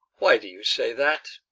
why do you say that?